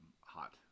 hot